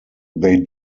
they